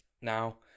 Now